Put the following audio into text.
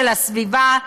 של הסביבה,